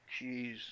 Jeez